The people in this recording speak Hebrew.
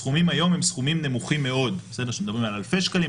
הסכומים היום הם סכומים נמוכים מאוד שמדברים על אלפי שקלים,